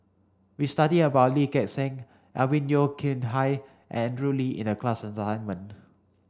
we studied about Lee Gek Seng Alvin Yeo Khirn Hai and Andrew Lee in the class assignment